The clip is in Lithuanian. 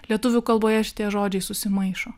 lietuvių kalboje šitie žodžiai susimaišo